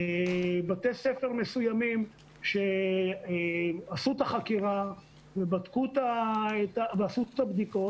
בבתי ספר מסוימים שעשו את החקירה ועשו את הבדיקות,